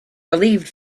relieved